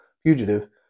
fugitive